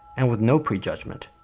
and with no prejudgment.